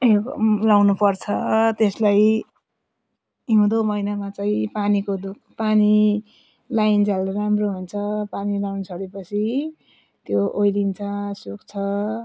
अब लगाउनु पर्छ त्यसलाई हिउँदो महिनामा चाहिँ पानीको दुःख पानी लगाइन्जेल राम्रो हुन्छ पानी लगाउनु छोडे पछि त्यो ओइलिन्छ सुक्छ